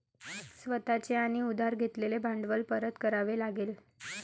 स्वतः चे आणि उधार घेतलेले भांडवल परत करावे लागेल